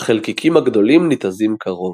החלקיקים הגדולים ניתזים קרוב.